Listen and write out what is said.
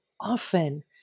often